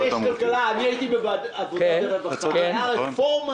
הייתי בוועדת העבודה והרווחה והייתה שם רפורמה